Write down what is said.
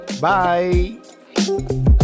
Bye